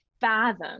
fathom